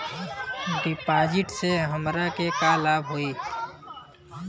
डिपाजिटसे हमरा के का लाभ होई?